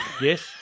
Yes